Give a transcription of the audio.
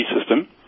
system